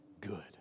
good